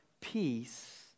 peace